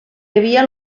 havia